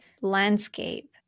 landscape